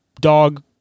dog